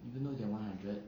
even though you're one hundred